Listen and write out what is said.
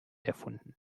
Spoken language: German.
erfunden